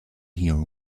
your